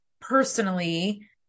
personally